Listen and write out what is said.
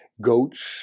goats